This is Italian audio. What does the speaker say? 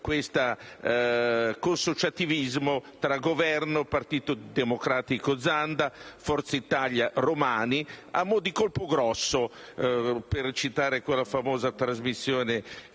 al consociativismo tra Governo, Partito Democratico/Zanda e Forza Italia/Paolo Romani, a mo' di «Colpo grosso», per citare quella famosa trasmissione